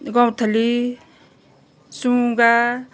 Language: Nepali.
गौँथली सुगा